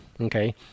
Okay